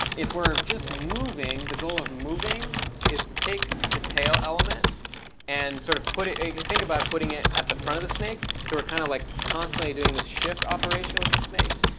if we're just moving, the goal of moving is to take the tail element and sort of think about putting it at the front of the snake. so we're kind of like constantly doing this shift operation with the snake.